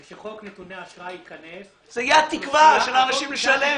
כשחוק נתוני אשראי ייכנס --- זה יהיה התקווה של האנשים לשלם.